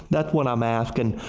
that's what i am asking.